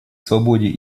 свободе